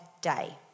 day